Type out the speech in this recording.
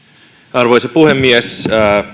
arvoisa puhemies